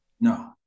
No